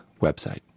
website